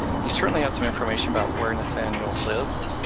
he certainly had some information about where nathaniel lived.